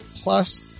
plus